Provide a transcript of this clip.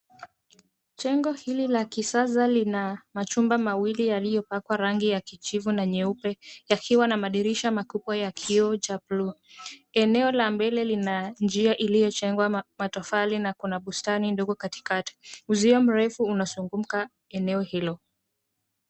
Jengo hili la kisasa lina majumba mawili yaliyopakwa rangi ya kijivu na nyeupe yakiwa na madirisha makubwa ya kioo cha bluu. Eneo la mbele lina njia iliyojengwa matofali na kuna bustani ndogo katikati. Uzio mrefu unazunguka eneo hilo.